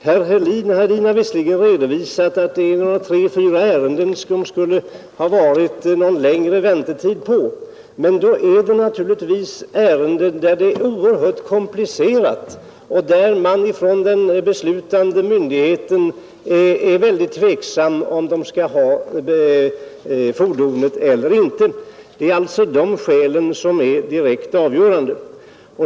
Herr Hedin har visserligen redovisat tre fyra ärenden med något längre väntetid, men det gäller naturligtvis fall som varit oerhört komplicerade där den beslutande myndigheten är väldigt tveksam till om vederbörande skall ha fordonet eller inte. Det är alltså de skälen som är direkt avgörande.